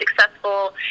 successful